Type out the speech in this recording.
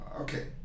Okay